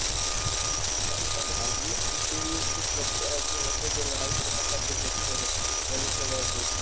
ma'am सँभालिए रहे थे लेकिन कुछ बच्चे ऐसे होते हैं जो लड़ाई झगड़ा कर ही देते हैं बोलने के बावजूद